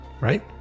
right